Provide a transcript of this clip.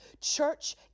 Church